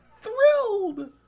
thrilled